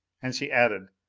and she added,